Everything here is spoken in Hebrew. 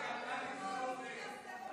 קח תרמיל, ובוא איתי לשדה מוקשים.